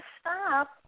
stop